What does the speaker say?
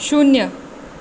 शून्य